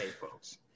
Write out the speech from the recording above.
folks